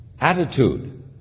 attitude